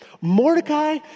Mordecai